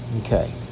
Okay